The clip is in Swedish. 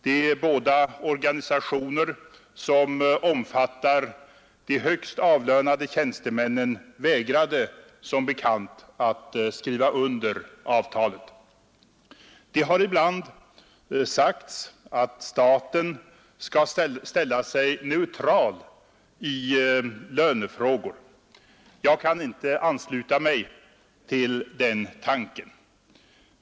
De båda organisationer som omfattar de högst avlönade tjänstemännen vägrade som bekant att skriva under avtalet. Det har ibland sagts att staten skall ställa sig neutral i lönefrågor. Jag kan inte ansluta mig till den tanken.